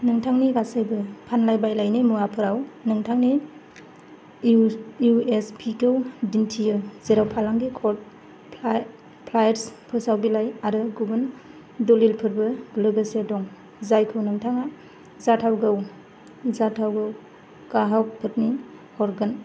नोंथांनि गासैबो फानलाय बायलायनि मुवाफोराव नोंथांनि यूएसपीखौ दिन्थियो जेराव फालांगि कार्ड प्लेयार्स फोसाव बिलाय आरो गुबुन दलिलफोरबो लोगोसे दं जायखो नोंथाङा जाथावगौ गाहखफोरनि हरगोन